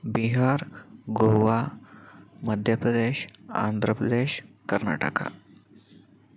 Bihar Goa Madhya Pradesh Andhra Pradesh Karnataka